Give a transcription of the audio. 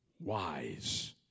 wise